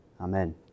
Amen